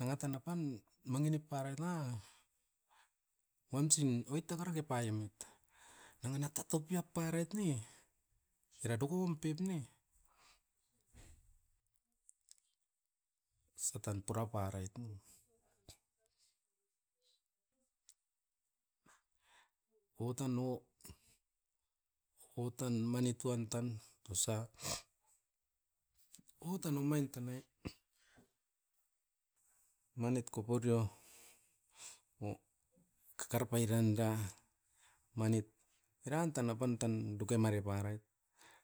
nanga tan apan, mangi nip parait na. Uamsin oit daka rake pai'emit, nanga nata topiap parait ne, era dokouom pep ne, osa tan pura parait ne. O tan o, o tan mani tuan tan osa, o tan omain tanai manit koporio o kakara pairanda manit, eran tan apan tan dukemari parait.